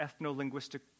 ethno-linguistic